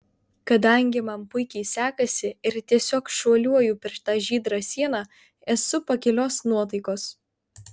kadangi man puikiai sekasi ir tiesiog šuoliuoju per tą žydrą sieną esu pakilios nuotaikos